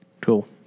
Cool